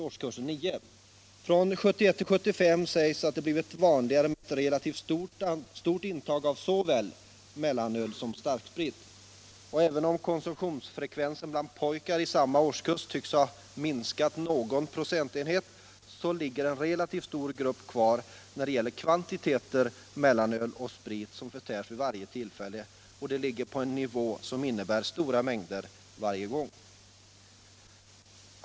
Från 1971-1975 har det blivit vanligare med ett relativt stort intag av såväl mellanöl som starksprit. Även om konsumtionsfrekvensen bland pojkar i samma årskurs tycks ha minskat någon procentenhet är det för en relativt stor grupp fråga om betydande kvantiteter mellanöl och sprit som förtärs vid varje tillfälle. Konsumtionen ligger på en nivå som innebär stora mängder varje gång.